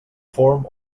form